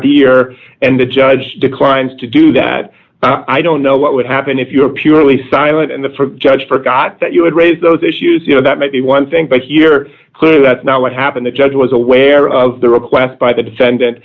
year and the judge declines to do that i don't know what would happen if you were purely silent and the judge forgot that you had raised those issues you know that may be one thing but here clearly that's not what happened the judge was aware of the request by the defendant